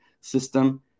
system